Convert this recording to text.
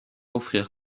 offrir